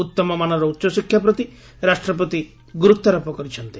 ଉତ୍ତମ ମାନର ଉଚ୍ଚଶିକ୍ଷା ପ୍ରତି ରାଷ୍ଟ୍ରପତି ଗୁରୁତ୍ୱାରୋପ କରିଛନ୍ତି